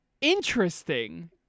Interesting